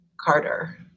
Carter